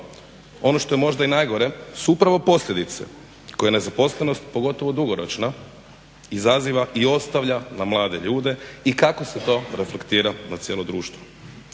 ono što je možda i najgore su upravo posljedice koje nezaposlenost pogotovo dugoročna izaziva i ostavlja na mlade ljude i kako se to reflektira na cijelo društvo.